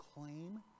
claim